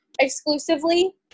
exclusively